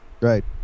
right